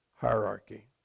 hierarchy